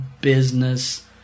business